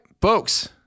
folks